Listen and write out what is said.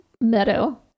meadow